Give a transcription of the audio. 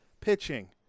Pitching